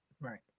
Right